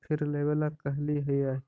फिर लेवेला कहले हियै?